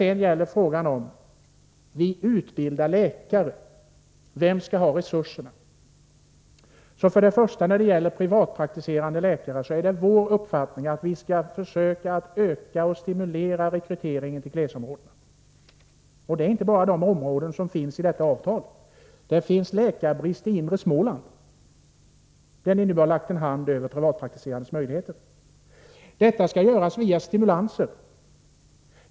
I fråga om vem som utbildar läkarna och vem som skall ha resurserna är det beträffande privatpraktiserande läkare vår uppfattning att vi skall försöka öka och stimulera rekryteringen till glesområdena. Det är inte bara de områden som nämnts i detta avtal. Det finns läkarbrist i det inre Småland, där ni nu har lagt en hand över de privatpraktiserandes möjligheter. Nej, detta skall göras via stimulanser.